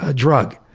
ah drug,